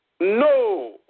No